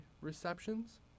receptions